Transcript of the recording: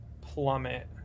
plummet